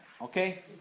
Okay